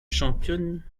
championne